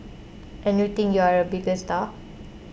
and you think you're a big star